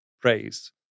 praise